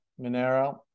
Monero